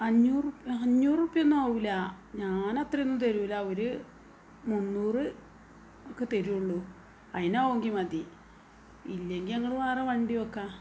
അഞ്ഞൂറ് അഞ്ഞൂറുപ്യെന്നു ആവില്ല ഞാൻ അത്രയൊന്നും തരില്ല ഒരു മുന്നൂറ് ഒക്കെ തരുള്ളു അതിനാവുമെങ്കിൽ മതി ഇല്ലെങ്കിൽ ഞങ്ങൾ വേറെ വണ്ടി നോക്കാം